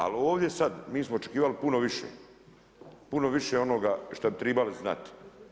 Ali ovdje sad mi smo očekivali puno više, puno više onoga što bi tribali znati.